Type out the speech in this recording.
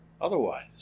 otherwise